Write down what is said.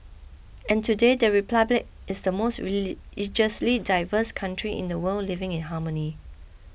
and today the republic is the most religiously diverse country in the world living in harmony